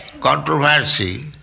Controversy